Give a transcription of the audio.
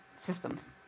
systems